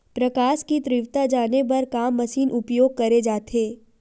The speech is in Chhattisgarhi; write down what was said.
प्रकाश कि तीव्रता जाने बर का मशीन उपयोग करे जाथे?